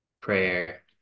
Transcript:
Prayer